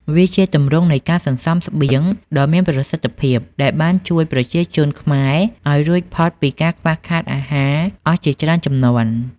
វាជាទម្រង់នៃការសន្សំស្បៀងដ៏មានប្រសិទ្ធភាព ដែលបានជួយប្រជាជនខ្មែរឱ្យរួចផុតពីការខ្វះខាតអាហារអស់ជាច្រើនជំនាន់។